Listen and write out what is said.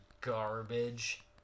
garbage